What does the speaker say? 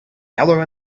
yellow